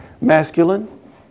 masculine